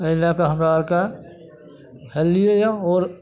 एहि लैके हमरा आओरके हेललिए यऽ आओर